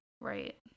Right